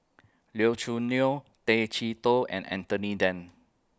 Liu Choo Neo Tay Chee Toh and Anthony Then